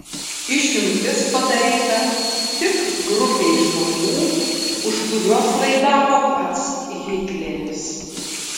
išimtis padaryta tik grupei žmonių už kuriuos laidavo pats hitleris